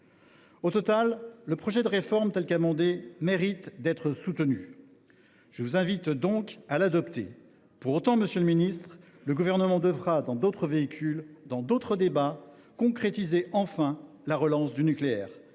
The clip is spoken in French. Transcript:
conclure, le projet de réforme, tel qu’amendé, mérite d’être soutenu ; je vous invite donc à l’adopter. Quoi qu’il en soit, monsieur le ministre, le Gouvernement devra, dans d’autres véhicules législatifs et dans d’autres débats, concrétiser enfin la relance du nucléaire.